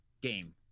game